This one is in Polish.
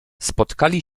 spotkali